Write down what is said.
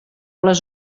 les